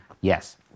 yes